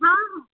ହଁ ହଁ